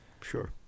Sure